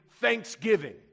Thanksgiving